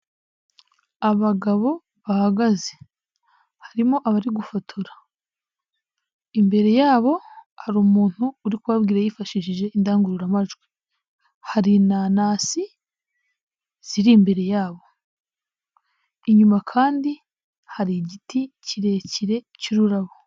Abagabo bahagaze harimo abari gufotora. Imbere yabo hari umuntu uri kubabwira yifashishije indangururamajwi. Hari inanasi ziri imbere yabo. Inyuma kandi hari igiti kirekire cy'ururabo.